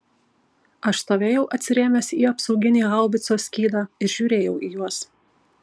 aš stovėjau atsirėmęs į apsauginį haubicos skydą ir žiūrėjau į juos